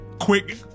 quick